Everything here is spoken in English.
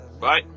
bye